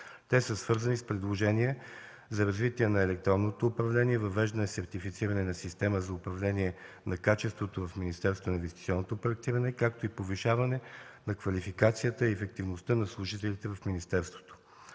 Те са свързани с предложения за развитие на електронното управление, въвеждане и сертифициране на система за управление на качеството в Министерството на инвестиционното проектиране, както и повишаване на квалификацията и ефективността на служителите в министерството.